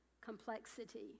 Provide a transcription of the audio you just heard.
complexity